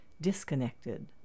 disconnected